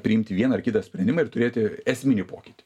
priimti vieną ar kitą sprendimą ir turėti esminį pokytį